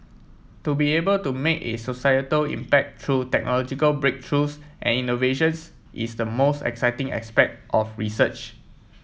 to be able to make a societal impact through technological breakthroughs and innovations is the most exciting aspect of research